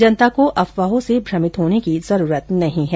जनता को अफवाहों से भ्रमित होने की जरूरत नहीं है